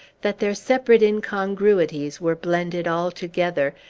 that their separate incongruities were blended all together,